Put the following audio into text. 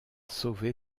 sauvé